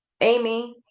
Amy